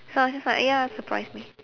so I was just like ya surprise me